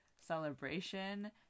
celebration